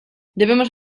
debemos